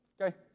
Okay